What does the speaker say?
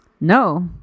No